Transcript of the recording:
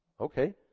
Okay